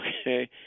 Okay